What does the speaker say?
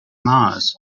mars